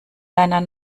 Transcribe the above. deiner